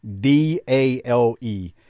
d-a-l-e